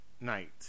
night